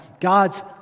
God's